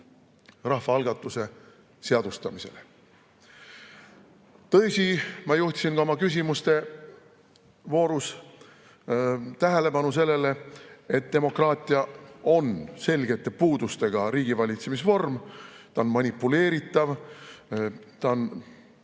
rahvaalgatuse seadustamisele. Tõsi, ma juhtisin oma küsimuste voorus tähelepanu sellele, et demokraatia on selgete puudustega riigivalitsemisvorm. Ta on manipuleeritav, ta on